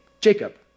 Jacob